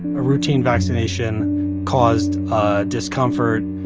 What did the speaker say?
a routine vaccination caused ah discomfort.